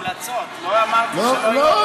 לא, המלצות, לא אמרתי שלא יהיו המלצות.